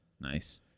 Nice